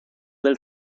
del